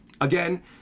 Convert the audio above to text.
again